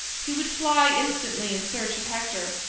he would fly instantly in search of hector.